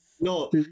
No